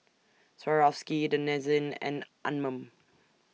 Swarovski Denizen and Anmum